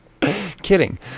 Kidding